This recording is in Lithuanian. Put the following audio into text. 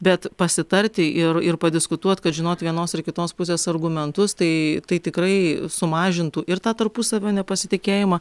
bet pasitarti ir ir padiskutuot kad žinot vienos ar kitos pusės argumentus tai tai tikrai sumažintų ir tą tarpusavio nepasitikėjimą